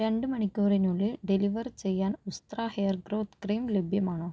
രണ്ട് മണിക്കൂറിനുള്ളിൽ ഡെലിവർ ചെയ്യാൻ ഉസ്ത്രാ ഹെയർ ഗ്രോത്ത് ക്രീം ലഭ്യമാണോ